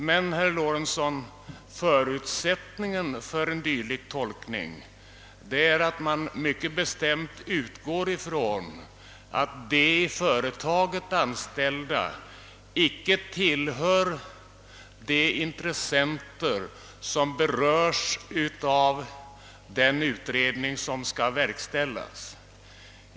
Men, herr Lorentzon, förutsättningen för en dylik tolkning är att man mycket bestämt utgår ifrån att de i företaget an ställda icke tillhör de intressenter som berörs av den utredning som skall verkställas.